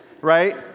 right